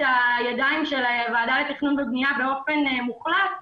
ידי הוועדה לתכנון ובנייה באופן מוחלט,